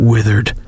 Withered